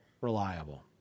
reliable